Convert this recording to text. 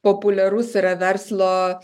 populiarus yra verslo